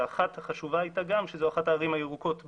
ואחת חשובה הייתה גם שזו אחת הערים הירוקות בארץ,